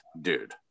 dude